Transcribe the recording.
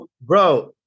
bro